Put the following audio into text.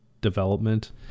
development